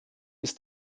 ist